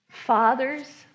Fathers